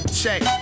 check